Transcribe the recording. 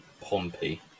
Pompey